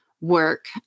work